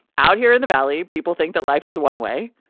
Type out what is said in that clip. out here in the valley, people think that life is one way.